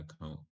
account